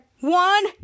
One